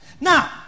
Now